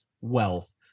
wealth